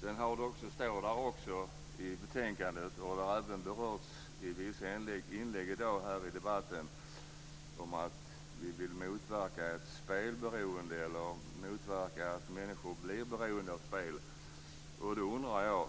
Det står i betänkandet och har även berörts i vissa inlägg i debatten här i dag att vi vill motverka att människor blir beroende av spel. Då undrar jag